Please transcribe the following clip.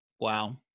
Wow